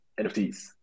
NFTs